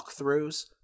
walkthroughs